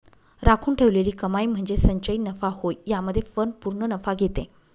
राखून ठेवलेली कमाई म्हणजे संचयी नफा होय यामध्ये फर्म पूर्ण नफा घेते